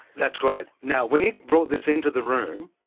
that's great. now, when you brought this into the room,